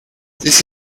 this